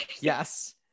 yes